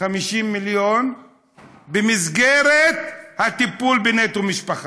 50 מיליון במסגרת הטיפול בנטו משפחה.